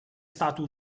stato